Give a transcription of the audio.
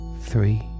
three